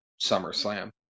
SummerSlam